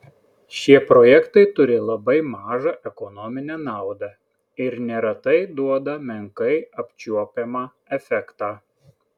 šie projektai turi labai mažą ekonominę naudą ir neretai duoda menkai apčiuopiamą efektą